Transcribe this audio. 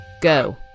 Go